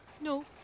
no